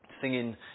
singing